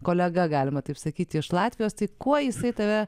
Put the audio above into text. kolega galima taip sakyti iš latvijos tai kuo jisai tave